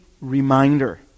reminder